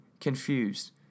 confused